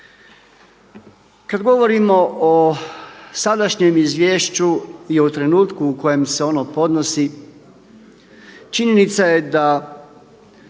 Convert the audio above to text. Kada govorimo o sadašnjem izvješću i o trenutku u kojem se ono podnosi, činjenica je da